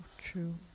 true